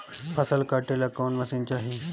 फसल काटेला कौन मशीन चाही?